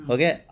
Okay